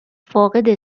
فاقد